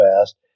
fast